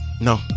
No